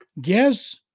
Guess